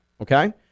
Okay